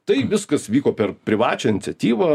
tai viskas vyko per privačią iniciatyvą